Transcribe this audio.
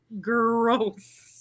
Gross